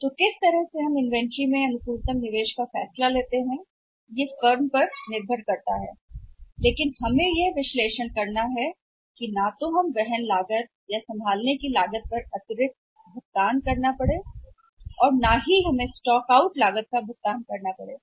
तो किस तरह से हम इन्वेंट्री में इष्टतम निवेश का फैसला करते हैं जो फर्म पर निर्भर करता है लेकिन हमें इस बात का विश्लेषण करना होगा कि न तो हमें अतिरिक्त वहन करना होगा और न ही उसे संभालना होगा लागत और न ही हमें किसी भी स्टॉक आउट लागत का भुगतान करना होगा